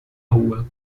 rua